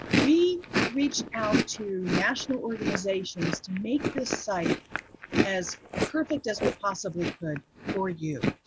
we reached out to national organizations to make this site as perfect as we possibly could for you.